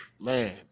man